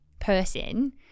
person